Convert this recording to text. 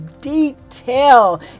detail